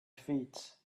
feet